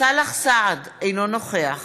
סאלח סעד, אינו נוכח